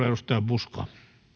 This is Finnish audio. edustaja myllykoski käytti hyvin